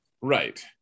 Right